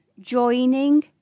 joining